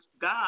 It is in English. God